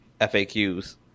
faqs